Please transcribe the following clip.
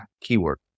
keyword